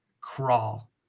crawl